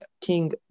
King